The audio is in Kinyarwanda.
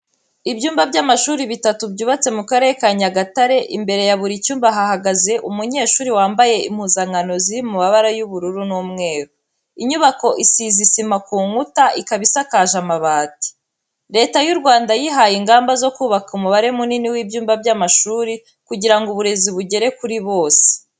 Ibyumba by'amashuri bitatu byubatse mu Karere ka Nyagatare, imbere ya buri cyumba hahagaze umunyeshuri wambaye impuzankano ziri mu mabara y'ubururu n'umweru. Inyubako isize isima ku nkuta, ikaba isakaje amabati. Leta y'u Rwanda yihaye ingamba zo kubaka umubare munini w'ibyumba by'amashuri kugira ngo uburezi bugere kuri bose.